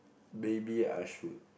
maybe I should